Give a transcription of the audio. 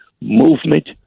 movement